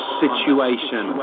situation